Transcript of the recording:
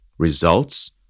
Results